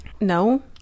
No